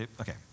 Okay